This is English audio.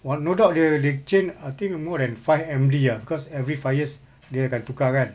while no doubt dia they change I think more than five M_D ah cause every five years dia akan tukar kan